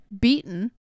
beaten